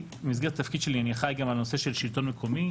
במסגרת התפקיד שלי אני אחראי גם על הנושא של שלטון מקומי.